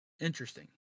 Interesting